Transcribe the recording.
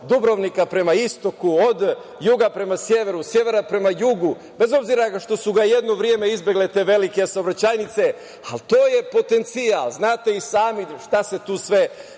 Dubrovnika prema istoku, od juga prema severu, severa prema jugu, bez obzira što smo jedno vreme izbegle saobraćajnice, ali to je potencijal. Znate i sami šta se tu sve